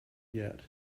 yet